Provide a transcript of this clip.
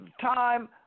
time